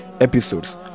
episodes